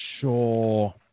sure